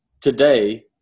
today